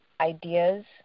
ideas